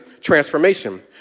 transformation